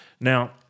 Now